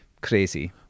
crazy